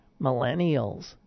millennials